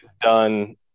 done